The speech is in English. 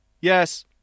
Yes